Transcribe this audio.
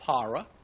para